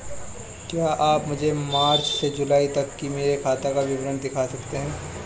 क्या आप मुझे मार्च से जूलाई तक की मेरे खाता का विवरण दिखा सकते हैं?